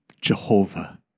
Jehovah